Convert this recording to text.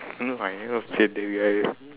no I have not said that guy